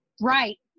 right